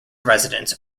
residents